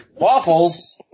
waffles